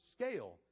scale